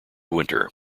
winter